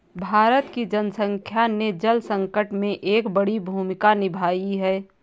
भारत की जनसंख्या ने जल संकट में एक बड़ी भूमिका निभाई है